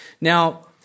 Now